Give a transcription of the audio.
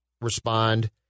respond